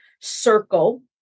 circle